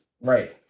Right